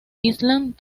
island